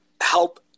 help